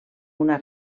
una